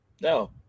no